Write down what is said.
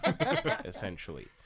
essentially